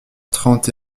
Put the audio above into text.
trente